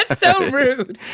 so rude.